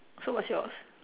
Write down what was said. so what's yours